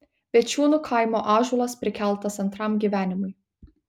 bėčiūnų kaimo ąžuolas prikeltas antram gyvenimui